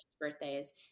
birthdays